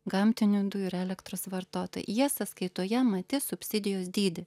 gamtinių dujų ir elektros vartotoją jie sąskaitoje matys subsidijos dydį